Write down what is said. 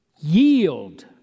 Yield